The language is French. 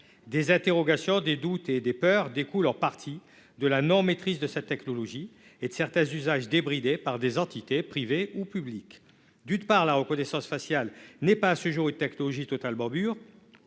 Les interrogations, les doutes et les peurs découlent en partie de la non-maîtrise de cette technologie et de certains usages débridés de la part d'entités privées et publiques. D'une part, la reconnaissance faciale n'est pas à ce jour une technologie totalement mûre